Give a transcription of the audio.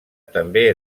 també